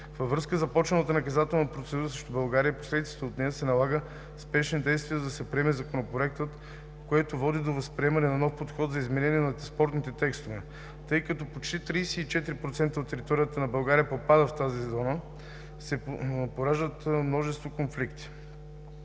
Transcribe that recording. Във връзка със започналата наказателна процедура срещу България и последиците от нея се налагат спешни действия, за да се приеме Законопроектът, което води до възприемане на нов подход за изменение на спорни текстове. Тъй като почти 34% от територията на България попада в тази зона, се пораждат множество конфликти.